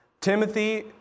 Timothy